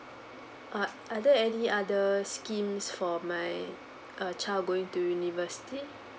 uh are there any other schemes for my uh child going to university